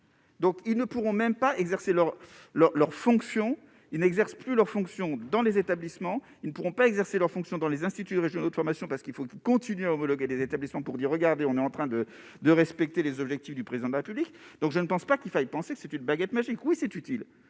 Donc, ils ne pourront même pas exercer leur leur leur fonction, ils n'exercent plus leur fonction dans les établissements, ils ne pourront pas exercer leur fonction dans les instituts régionaux de formation parce qu'il faut continuer à homologuer des établissements pour dire : regardez, on est en train de, de respecter les objectifs du président de la République, donc je ne pense pas qu'il faille penser que c'est une baguette magique, c'est utile